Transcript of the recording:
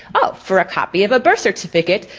oh for a copy of a birth certificate,